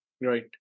Right